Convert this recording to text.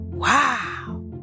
Wow